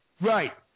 Right